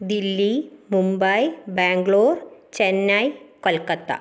Delhi Mumbai Bangalore Chennai Kolkata